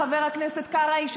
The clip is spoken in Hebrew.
חבר הכנסת קרעי,